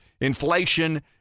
inflation